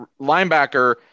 linebacker